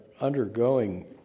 undergoing